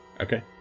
Okay